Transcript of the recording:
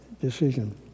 decision